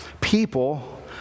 people